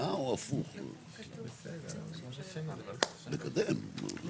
אני